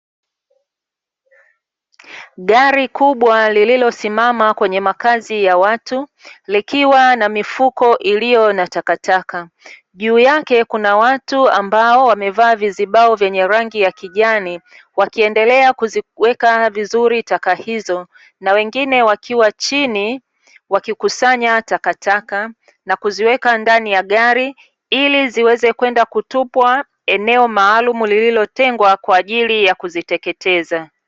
Gari kubwa lililosimama kwenye makazi ya watu likiwa na mifuko iliyo na takataka. Juu yake kuna watu ambao wamevaa vizibao vyenye rangi ya kijani, wakiendelea kuziweka vizuri taka hizo na wengine wakiwa chini wakikusanya takataka na kuziweka ndani ya gari, ili ziweze kwenda kutupwa eneo maalumu lililotengwa kwa ajili ya kuziteketeza.